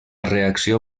reacció